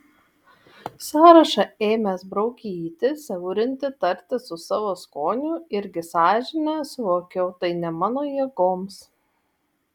sąrašą ėmęs braukyti siaurinti tartis su savo skoniu irgi sąžine suvokiau tai ne mano jėgoms